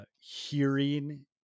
hearing